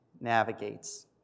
navigates